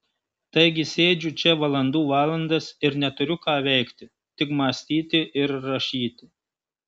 taigi sėdžiu čia valandų valandas ir neturiu ką veikti tik mąstyti ir rašyti